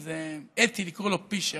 אם זה אתי לקרוא לו פּישר,